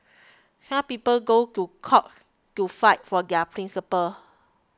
some people go to court to fight for their principles